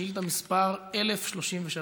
שאילתה מס' 1033: